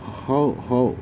how how